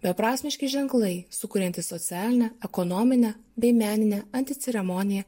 beprasmiški ženklai sukuriantys socialinę ekonominę bei meninę anti ceremoniją